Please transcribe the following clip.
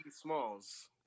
Smalls